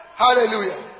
hallelujah